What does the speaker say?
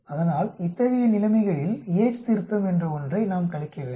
அதனால் இத்தகைய நிலைமைகளில் யேட்ஸ் திருத்தம் என்ற ஒன்றை நாம் கழிக்க வேண்டும்